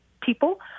people